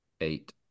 eight